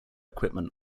equipment